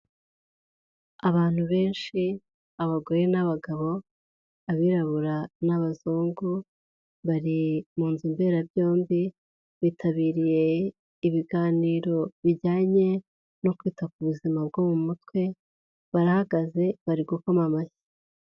Abantu benshi abagore, n'abagabo abirabura n'abazungu, bari mu nzu mberabyombi bitabiriye ibiganiro bijyanye no kwita ku buzima bwo mu mutwe, barahagaze bari gukoma amashyi.